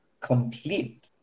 complete